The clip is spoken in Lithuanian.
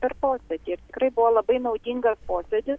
per posėdį ir tikrai buvo labai naudingas posėdis